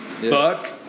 Buck